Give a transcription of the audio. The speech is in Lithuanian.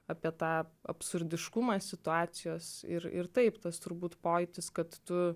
apie tą absurdiškumą situacijos ir ir taip tas turbūt pojūtis kad tu